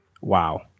wow